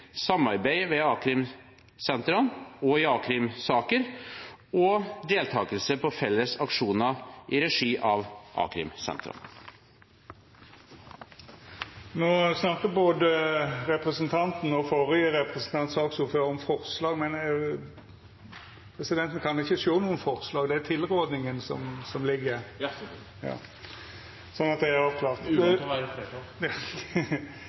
samarbeid ved a-krimsentrene og i a-krimsaker, og deltakelse på felles aksjoner i regi av a-krimsentrene. No snakka både representanten Grande og saksordføraren, representanten Hagerup, om forslag. Men presidenten kan ikkje sjå nokon forslag. Det er tilrådinga som gjeld – så det er avklart. Fremskrittspartiet viser til at det er en stor utfordring i